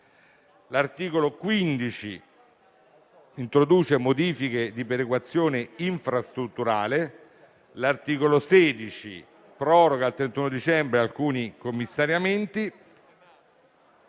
L'articolo 15 introduce modifiche di perequazione infrastrutturale. L'articolo 16 proroga al 31 dicembre alcuni commissariamenti.